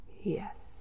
Yes